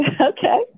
Okay